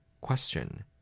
Question